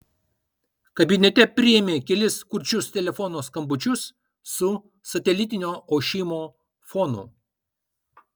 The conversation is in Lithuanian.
kabinete priėmė kelis kurčius telefono skambučius su satelitinio ošimo fonu